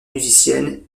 musicienne